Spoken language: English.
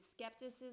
skepticism